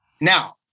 Now